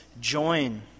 join